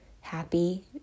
happy